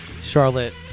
Charlotte